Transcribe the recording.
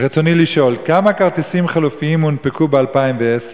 רצוני לשאול: 1. כמה כרטיסים חלופיים הונפקו ב-2010?